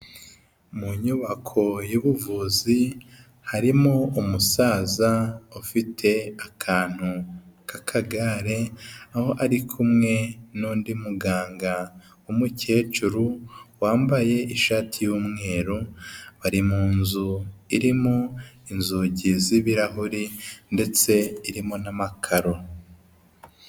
Mu nyubako y'ubuvuzi harimo umusaza ufite akantu k'akagare, aho ari kumwe n'undi muganga w'umukecuru wambaye ishati y'umweru, bari mu nzu irimo inzugi z'ibirahuri ndetse irimo n'amakaro.